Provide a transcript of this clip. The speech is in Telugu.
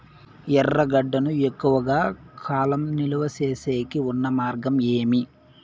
ఎర్రగడ్డ ను ఎక్కువగా కాలం నిలువ సేసేకి ఉన్న మార్గం ఏమి?